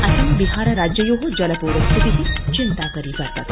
असम बिहार राज्ययो जलपूर स्थिति चिन्ताकरी वर्तते